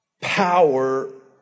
power